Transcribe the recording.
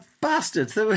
bastards